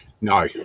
No